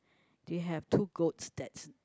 do you have two goats that's